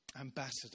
Ambassador